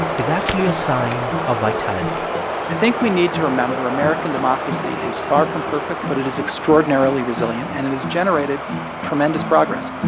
is actually a sign of vitality i think we need to remember american democracy is far from perfect, but it is extraordinarily resilient. and it has generated tremendous progress